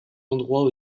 endroits